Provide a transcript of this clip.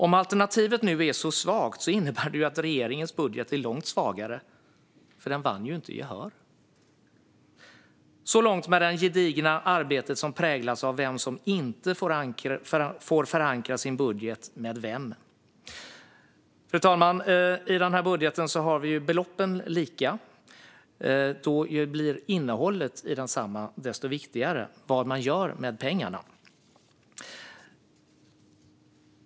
Om alternativet nu är så svagt innebär det att regeringens budget är långt svagare, för den vann ju inte gehör. Så långt det gedigna arbetet som präglas av vem som inte får förankra sin budget med vem. Fru talman! Våra belopp är lika i den här budgeten. Då blir innehållet i densamma, alltså vad man gör med pengarna, desto viktigare.